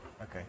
Okay